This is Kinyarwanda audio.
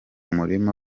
murima